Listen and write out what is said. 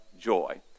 Joy